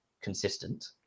consistent